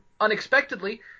unexpectedly